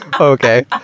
okay